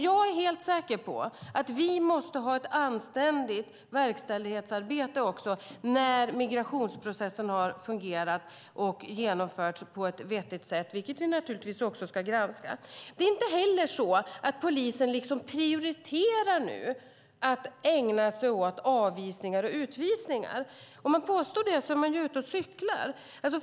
Jag här helt säker på att vi måste ha ett anständigt verkställighetsarbete också när migrationsprocessen har fungerat och genomförts på ett vettigt sätt. Detta ska naturligtvis också granskas. Det är inte så att polisen nu prioriterar att ägna sig åt avvisningar och utvisningar. Om man påstår det är man ute och cyklar.